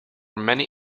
many